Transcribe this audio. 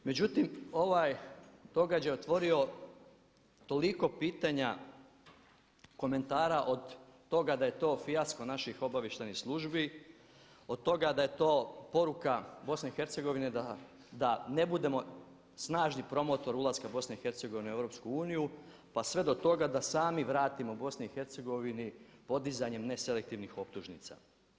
Međutim, ovaj događaj je otvorio toliko pitanja, komentara od toga da je to fijasko naših obavještajnih službi, od toga da je to poruka BIH da ne budemo snažni promotor ulaska BIH u EU pa sve do toga da sami vratimo BIH podizanjem ne selektivnih optužnica.